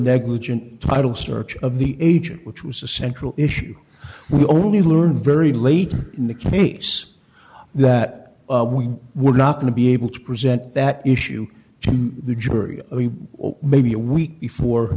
negligent title search of the agent which was a central issue we only learned very late in the case that we were not going to be able to present that issue the jury or maybe a week before